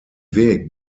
weg